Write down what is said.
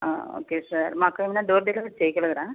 okay sir మాకు ఏమన్న door delivery చేయగలరా